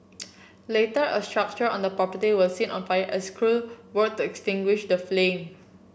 later a structure on the property was seen on fire as crews worked extinguish the flame